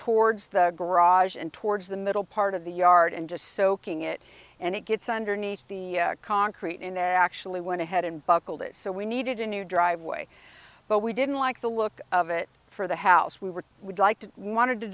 towards the garage and towards the middle part of the yard and just soaking it and it gets underneath the concrete and it actually went ahead and buckled it so we needed a new driveway but we didn't like the look of it for the house we were would like to we wanted to